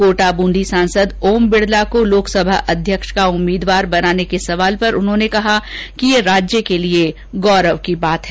कोटा बूंदी सांसद ओम बिडला को लोकसभा अध्यक्ष का उम्मीदवार बनाने के सवाल पर उन्होंने कहा कि यह राज्य के लिये गौरव की बात है